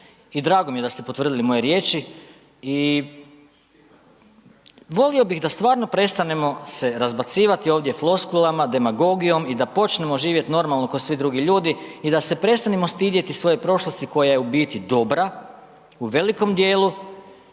i drago mi je da ste potvrdili moje riječi i volio bi da stvarno prestanemo se razbacivati ovdje floskulama, demagogijom i da počnemo živjeti normalno ko svi drugi ljudi i da se prestanemo stidjeti svoje prošlosti koja je u biti dobra u velikom dijelu